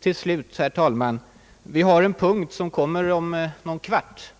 Till slut vill jag anknyta till den punkt som kommer upp om en kvart;